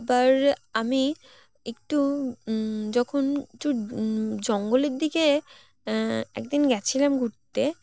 আবার আমি একটু যখন একটু জঙ্গলের দিকে একদিন গেছিলাম ঘুরতে